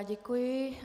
Děkuji.